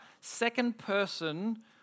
second-person